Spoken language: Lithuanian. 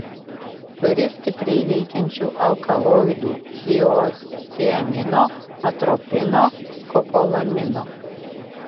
turi stipriai veikiančių alkaloidų hiosciamino atropino skopolamino